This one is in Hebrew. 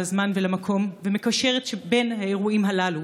לזמן ולמקום ומקשרים בין האירועים הללו.